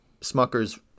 Smucker's